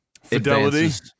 Fidelity